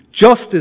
justice